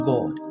God